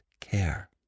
care